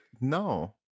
no